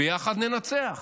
ביחד ננצח.